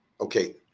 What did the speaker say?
Okay